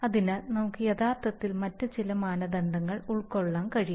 അതിനാൽ നമുക്ക് യഥാർത്ഥത്തിൽ മറ്റ് ചില മാനദണ്ഡങ്ങൾ ഉൾക്കൊള്ളാൻ കഴിയും